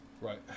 Right